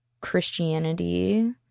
Christianity